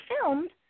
filmed